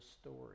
story